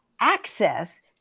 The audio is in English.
access